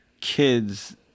kids